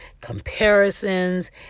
comparisons